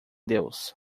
deus